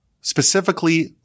specifically